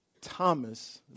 Thomas